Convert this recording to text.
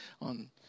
on